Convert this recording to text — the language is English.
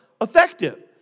effective